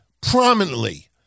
Prominently